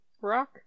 rock